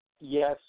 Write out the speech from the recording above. yes